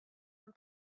and